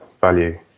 value